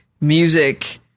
music